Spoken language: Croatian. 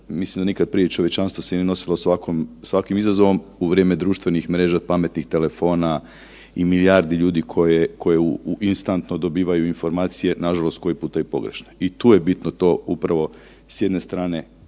mislim da nikad prije čovječanstvo se nije nosilo s ovakvim izazovom u vrijeme društvenih mreža, pametnih telefona i milijardi koje instantno dobivaju informacije nažalost koji puta i pogrešne i tu je bitno tu upravo s jedne strane